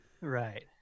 Right